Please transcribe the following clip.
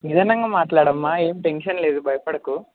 నిదానంగా మాట్లాడమ్మ ఏం టెన్షన్ లేదు భయపడకు